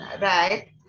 right